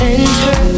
Enter